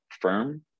firm